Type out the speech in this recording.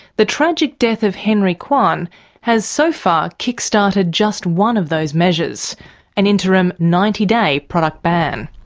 the tragic death of henry kwan has so far kick-started just one of those measures an interim ninety day product ban.